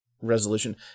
resolution